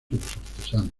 artesanos